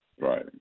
Right